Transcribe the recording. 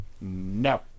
No